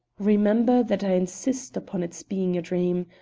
remember that i insist upon its being a dream.